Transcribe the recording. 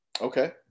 Okay